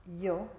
yo